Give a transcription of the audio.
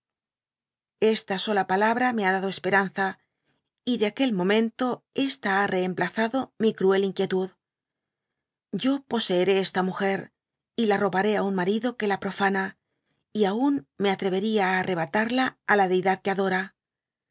esta sola palabra me ha dado esperanza y de aquel momeiito esta ha xeemjzado mi cruel inquietud yo poseeré esta muger y la robaré á un marido que la profana y aun me atrevería á arrebatarla á la deidad que adora